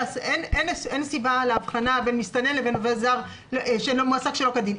אין סיבה להבחנה בין מסתנן לבין עובד זר שמועסק שלא כדין.